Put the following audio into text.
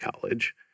college